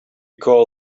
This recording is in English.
call